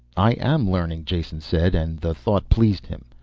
i am learning, jason said, and the thought pleased him.